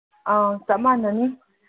ꯑꯥ ꯆꯞ ꯃꯥꯅꯅꯤ